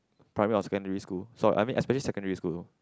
primary or secondary school sorry especially secondary school